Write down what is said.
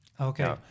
Okay